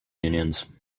unions